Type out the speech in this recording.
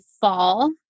fall